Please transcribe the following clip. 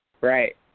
Right